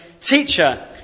Teacher